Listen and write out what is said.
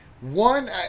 One